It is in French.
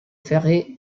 ferré